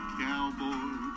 cowboy